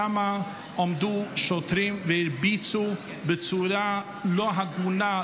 שם עמדו שוטרים והרביצו בצורה לא הגונה,